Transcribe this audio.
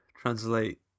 translate